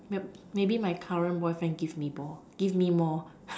maybe my current boyfriend give me ball give me more